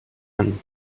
and